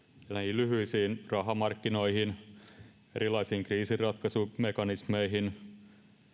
lyhyisiin rahamarkkinoihin erilaisiin kriisinratkaisumekanismeihin